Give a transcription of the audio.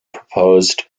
proposed